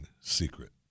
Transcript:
secret